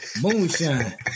Moonshine